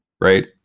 Right